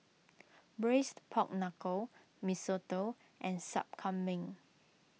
Braised Pork Knuckle Mee Soto and Sup Kambing